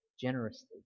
generously